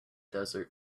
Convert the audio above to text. desert